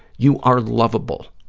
you are lovable.